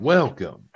Welcome